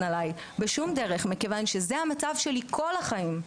עליי בשום דרך כי זה המצב שלי כל החיים.